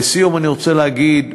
לסיום אני רוצה להגיד,